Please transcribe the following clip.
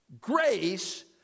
Grace